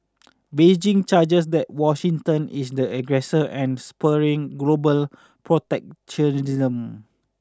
Beijing charges that Washington is the aggressor and spurring global protectionism